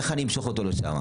איך אני אמשוך אותו לשמה,